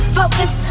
focus